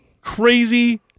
crazy –